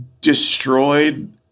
destroyed